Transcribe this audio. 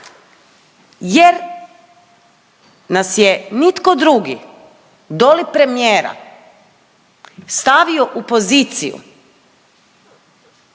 jer nas je nitko drugi doli premijera stavio u poziciju